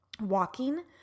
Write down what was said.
walking